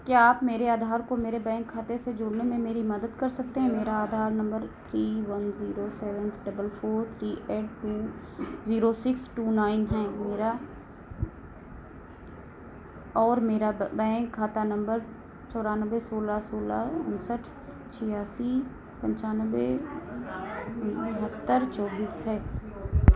क्या आप मेरे आधार को मेरे बैंक खाते से जोड़ने में मेरी मदद कर सकते हैं मेरा आधार नंबर three one zero seven double four three eight two zero six two nine है मेरा और मेरा बैंक खाता नंबर चौरानवे सोलह सोलह उनसठ छियासी पंचानवे उनहत्तर चौबीस है